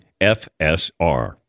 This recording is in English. FSR